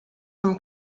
from